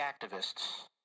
activists